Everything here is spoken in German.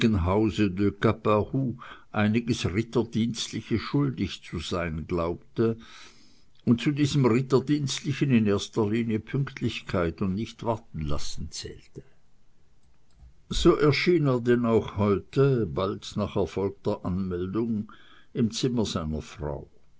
einiges ritterdienstliche schuldig zu sein glaubte und zu diesem ritterdienstlichen in erster reihe pünktlichkeit und nichtwartenlassen zählte so erschien er denn auch heute bald nach erfolgter anmeldung im zimmer seiner frau